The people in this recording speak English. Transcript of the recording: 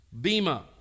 bima